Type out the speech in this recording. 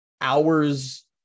hours